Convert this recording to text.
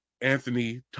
Anthony